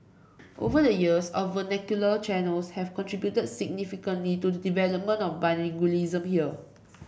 over the years our vernacular channels have contribute significantly to the development of bilingualism here